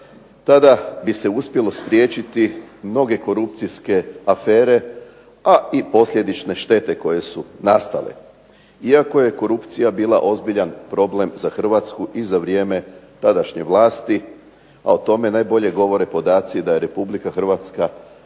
Tada bi se uspjelo spriječiti mnoge korupcijske afere, a i posljedične štete koje su nastale. Iako je korupcija bila problem ozbiljan za Hrvatsku i za vrijeme tadašnje vlasti, a o tome najbolje govore podaci da je RH